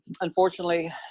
unfortunately